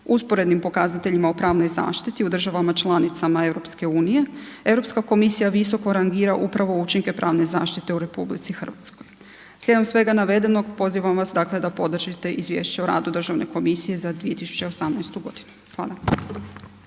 Usporednim pokazateljima u pravnoj zaštiti u državama članicama EU, Europska komisija visoko rangira upravo učinke pravne zaštite u RH. Slijedom svega navedenog pozivam vas dakle da podržite izvješće o radu državne komisije za 2018.g. Hvala.